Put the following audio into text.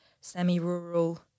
semi-rural